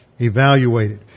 evaluated